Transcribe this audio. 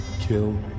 Kill